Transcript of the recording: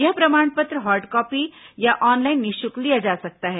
यह प्रमाण पत्र हार्ड कॉपी या ऑनलाइन निःशुल्क लिया जा सकता है